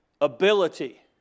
ability